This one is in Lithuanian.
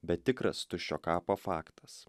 bet tikras tuščio kapo faktas